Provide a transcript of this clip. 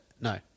no